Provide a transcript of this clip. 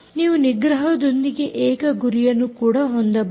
ನೀವು ನಿಗ್ರಹದೊಂದಿಗೆ ಏಕ ಗುರಿಯನ್ನು ಕೂಡ ಹೊಂದಬಹುದು